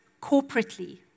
corporately